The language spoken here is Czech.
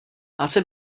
asi